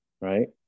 Right